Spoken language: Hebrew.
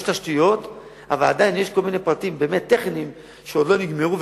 תשתיות אבל עדיין יש פרטים טכניים שעוד לא נגמרו,